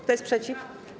Kto jest przeciw?